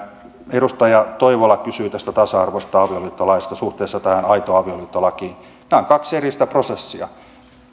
edustaja toivola kysyi tästä tasa arvoisesta avioliittolaista suhteessa tähän aito avioliitto lakiin nämä ovat kaksi erillistä prosessia